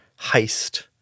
heist